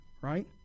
right